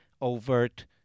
overt